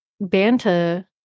Banta